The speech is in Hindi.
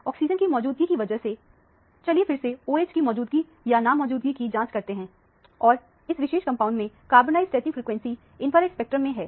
ऑक्सीजन की मौजूदगी की वजह से चलिए फिर से OH की मौजूदगी या नामौजूदगी की जांच करते हैं और इस विशेष कंपाउंड में कार्बोनाइल स्ट्रैचिंग फ्रीक्वेंसी इंफ्रारेड स्पेक्ट्रममें है